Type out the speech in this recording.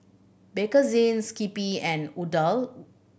Bakerzin Skippy and Odlo